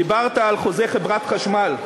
דיברת על חוזה חברת החשמל.